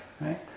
right